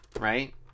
right